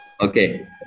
Okay